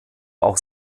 auch